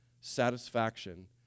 satisfaction